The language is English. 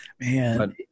Man